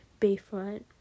Bayfront